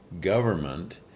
government